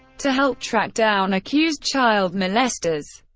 to help track down accused child molesters.